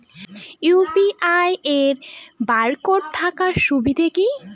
UPI এর barcode থাকার সুবিধে কি?